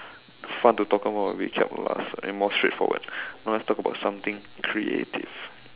fun to talk about we can laugh and more straightforward you know let's talk about something creative